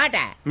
um that